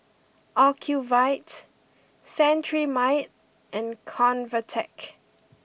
Ocuvite Cetrimide and Convatec